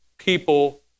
people